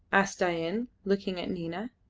asked dain, looking at nina.